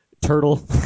Turtle